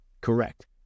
Correct